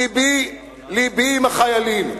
לבי עם החיילים.